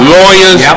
lawyers